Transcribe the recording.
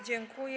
Dziękuję.